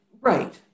right